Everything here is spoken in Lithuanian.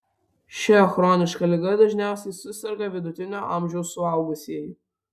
šia chroniška liga dažniausiai suserga vidutinio amžiaus suaugusieji